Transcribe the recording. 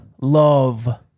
love